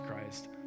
Christ